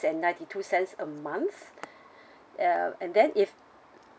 and ninety two cents a month uh and then if